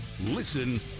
Listen